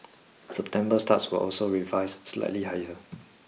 September starts were also revised slightly higher